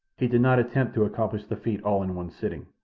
he did not attempt to accomplish the feat all in one sitting.